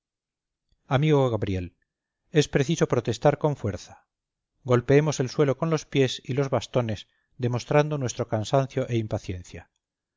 amigo gabriel es preciso protestar con fuerza golpeemos el suelo con los pies y los bastones demostrando nuestro cansancio e impaciencia